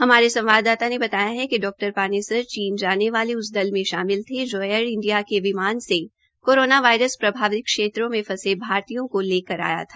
हमारे संवाददाता ने बताया है कि डॉक्टर पानेसर चीन जाने वाले उस दल में शामिल थे जो एयर इंडिया के विमान से कोरोना वायरस प्रभावित क्षेत्रों में फंसे भारतीयों को लेकर आया था